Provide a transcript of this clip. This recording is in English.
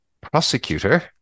prosecutor